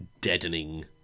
deadening